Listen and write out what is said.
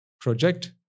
project